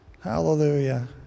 hallelujah